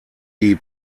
die